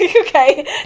Okay